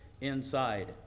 inside